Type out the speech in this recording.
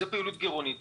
זה פעילות גירעונית,